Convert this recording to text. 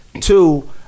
Two